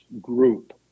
group